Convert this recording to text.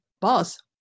boss